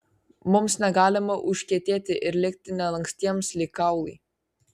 mums negalima užkietėti ir likti nelankstiems lyg kaulai